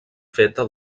feta